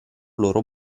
loro